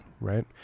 right